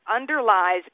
underlies